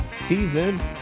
season